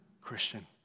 Christian